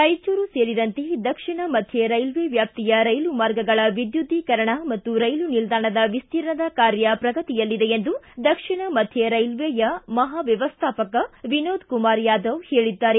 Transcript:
ರಾಯಚೂರು ಸೇರಿಂದತೆ ದಕ್ಷಿಣ ಮಧ್ಯೆ ರೈಲ್ವೆ ವ್ಯಾಪ್ತಿಯ ರೈಲು ಮಾರ್ಗಗಳ ವಿದ್ಯುದೀಕರಣ ಮತ್ತು ರೈಲು ನಿಲ್ದಾಣದ ವಿಸ್ತೀರ್ಣದ ಕಾರ್ಯ ಪ್ರಗತಿಯಲ್ಲಿದೆ ಎಂದು ದಕ್ಷಿಣ ಮಧ್ಯೆ ರೈಲ್ವೆಯ ಮಹಾ ವ್ಯವಸ್ಥಾಪಕ ವಿನೋದ ಕುಮಾರ ಯಾದವ್ ಹೇಳಿದ್ದಾರೆ